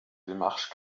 démarche